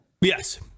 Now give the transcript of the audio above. Yes